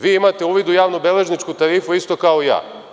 Vi imate uvid u javnobeležničku tarifu isto kao i ja.